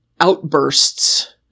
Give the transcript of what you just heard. outbursts